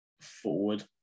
forward